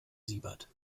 siebert